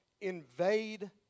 invade